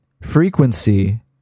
frequency